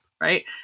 Right